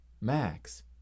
max